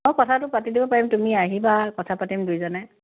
মই কথাটো পাতি দিব পাৰিম তুমি আহিবা কথা পাতিম দুইজনে